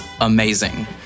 amazing